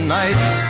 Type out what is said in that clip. nights